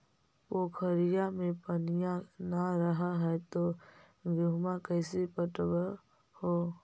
पोखरिया मे पनिया न रह है तो गेहुमा कैसे पटअब हो?